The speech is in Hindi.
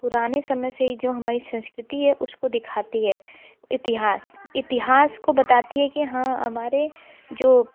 पुराने समय से ये जो हमारी संस्कृति है उसको दिखाती है इतिहास इतिहास को बताती है कि हाँ हमारे जो